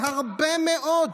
הוא נמוך בהרבה מאוד,